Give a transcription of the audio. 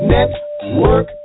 Network